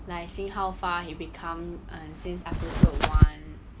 like seeing how far he become uh since episode one